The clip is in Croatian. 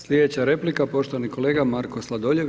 Slijedeća replika poštovani kolega Marko Sladoljev.